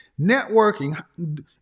Networking